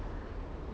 K_L ah